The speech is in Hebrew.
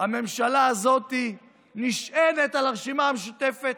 הממשלה הזאת נשענת על הרשימה המשותפת,